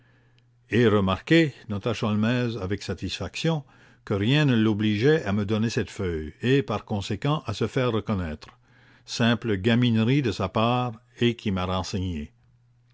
et remarquez nota sholmès avec satisfaction que rien ne l'obligeait à me donner cette feuille et par conséquent à se faire reconnaître simple gaminerie de sa part et qui m'a renseigné